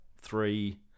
three